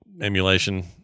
emulation